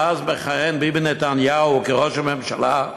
מאז מכהן ביבי נתניהו כראש ממשלה,